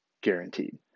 guaranteed